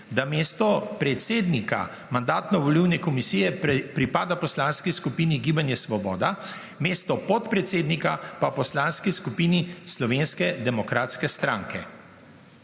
da mesto predsednika Mandatno-volilne komisije pripada poslanski skupini Gibanje Svoboda, mesto podpredsednika pa poslanski skupini Slovenske demokratske stranke.